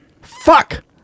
Fuck